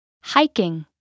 Hiking